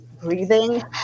breathing